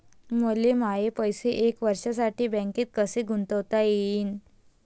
मले माये पैसे एक वर्षासाठी बँकेत कसे गुंतवता येईन?